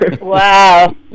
Wow